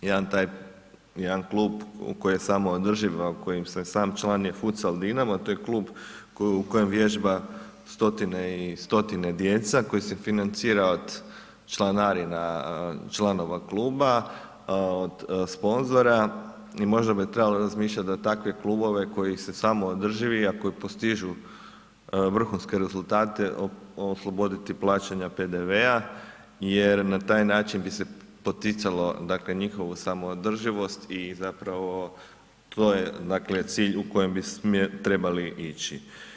Jedan taj, jedan klub u koji je samoodrživ, a kojim sam član je Futsal Dinamo, to je klub u kojem vježba stotine i stotine djece, a koji se financira od članarina članova kluba, od sponzora i možda bi trebalo razmišljati da takve klubove koji su samoodrživi, a koji postižu vrhunske rezultate, osloboditi plaćanja PDV-a jer na taj način bi se poticalo dakle njihovu samoodrživost i zapravo to je dakle cilj u kojem bi trebali ići.